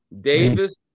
Davis